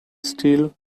still